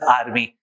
army